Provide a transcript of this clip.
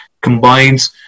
combines